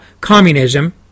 communism